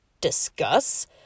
discuss